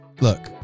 look